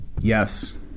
yes